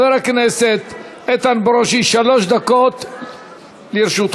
חבר הכנסת איתן ברושי, שלוש דקות לרשותך.